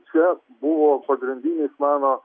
čia buvo pagrindinis mano